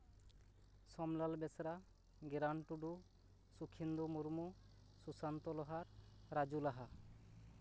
ᱥᱳᱢᱞᱟᱞ ᱵᱮᱥᱨᱟ ᱜᱮᱨᱟᱱ ᱴᱩᱰᱩ ᱥᱩᱠᱷᱮᱱᱫᱩ ᱢᱩᱨᱢᱩ ᱥᱩᱥᱟᱱᱛᱚ ᱞᱳᱦᱟᱨ ᱨᱟᱡᱩ ᱞᱟᱦᱟ